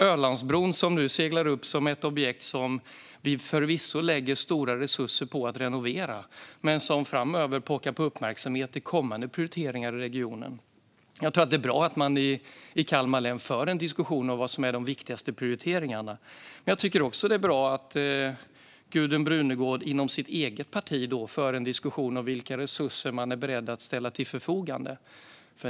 Ölandsbron, som nu seglar upp som ett objekt som vi förvisso lägger stora resurser på att renovera, pockar framöver på uppmärksamhet vid kommande prioriteringar i regionen. Jag tror att det är bra att det i Kalmar län förs en diskussion om vilka de viktigaste prioriteringarna är. Jag tycker också att det är bra att Gudrun Brunegård inom sitt eget parti för en diskussion om vilka resurser de är beredda att ställa till förfogande.